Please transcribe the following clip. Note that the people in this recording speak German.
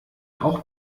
auch